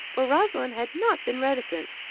for rosalind had not been reticent,